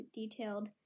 detailed